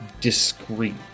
discreet